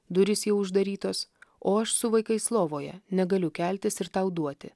durys jau uždarytos o aš su vaikais lovoje negaliu keltis ir tau duoti